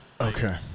Okay